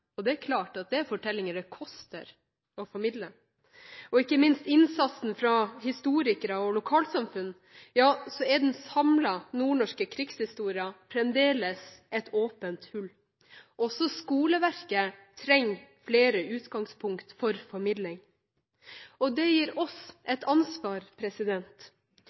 og det er klart at dette er fortellinger det koster å formidle – og ikke minst innsatsen fra historikere og lokalsamfunn, er den samlede nordnorske krigshistorien fremdeles et åpent hull. Også skoleverket trenger flere utgangspunkt for formidling. Det gir oss et ansvar,